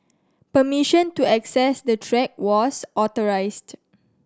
permission to access the track was authorised